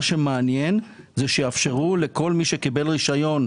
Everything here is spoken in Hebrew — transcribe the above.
מה שמעניין זה שיאפשרו לכל מי שקיבל רישיון,